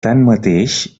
tanmateix